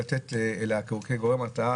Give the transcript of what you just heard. לתת כגורם הרתעה.